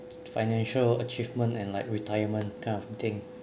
financial achievement and like retirement that kind of thing